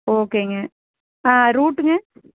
ஓகேங்க ஆ ரூட்டுங்க